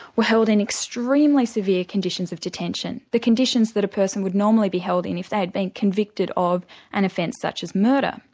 were held in extremely severe conditions of detention. the conditions that a person would normally be held in if they'd been convicted of an offence such as murder.